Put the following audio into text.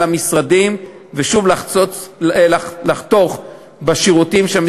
על המשרדים ושוב לחתוך בשירותים שהם